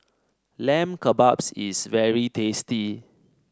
Lamb Kebabs is very tasty